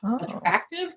attractive